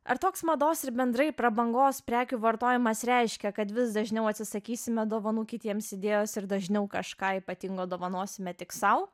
ar toks mados ir bendrai prabangos prekių vartojimas reiškia kad vis dažniau atsisakysime dovanų kitiems idėjos ir dažniau kažką ypatingo dovanosime tik sau